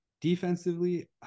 Defensively